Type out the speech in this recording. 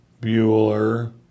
Bueller